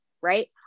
right